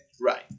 Right